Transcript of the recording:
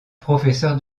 professeur